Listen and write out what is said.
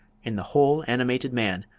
in the whole animated man,